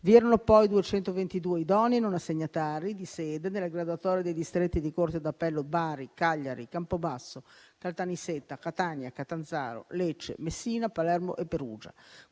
Vi erano poi 222 idonei non assegnatari di sede nella graduatoria dei distretti di corte d'appello di Bari, Cagliari, Campobasso, Caltanissetta, Catania, Catanzaro, Lecce, Messina, Palermo e Perugia.